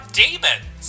demons